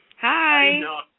Hi